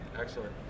Excellent